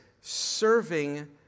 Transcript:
serving